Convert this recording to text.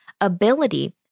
ability